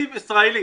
ישראלי.